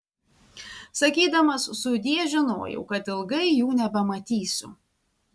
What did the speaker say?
sakydamas sudie žinojau kad ilgai jų nebematysiu